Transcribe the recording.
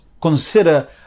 consider